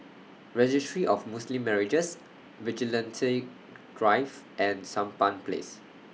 Registry of Muslim Marriages Vigilante Drive and Sampan Place